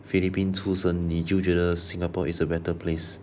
philippines 出身你就觉得 singapore is a better place